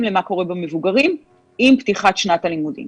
לבין מה שקורה במבוגרים עם פתיחת שנת הלימודים